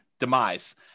demise